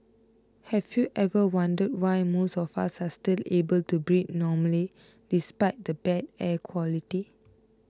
have you ever wondered why most of us are still able to breathe normally despite the bad air quality